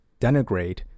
denigrate